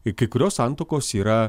ir kai kurios santuokos yra